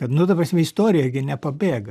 kad nu ta prasme istorija gi nepabėga